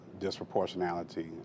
disproportionality